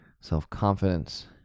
self-confidence